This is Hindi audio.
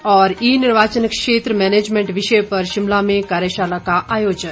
और ई निर्वाचन क्षेत्र मेनेजमेंट विषय पर शिमला में कार्यशाला का आयोजन